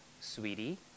sweetie